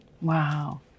Wow